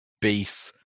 base